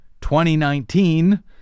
2019